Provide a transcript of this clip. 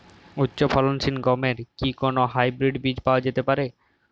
উচ্চ ফলনশীল গমের কি কোন হাইব্রীড বীজ পাওয়া যেতে পারে?